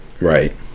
Right